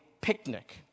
picnic